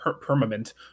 permanent